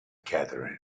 catherine